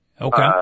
Okay